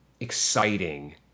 exciting